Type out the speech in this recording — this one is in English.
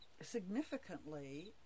Significantly